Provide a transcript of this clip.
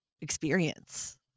experience